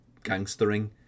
gangstering